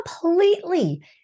completely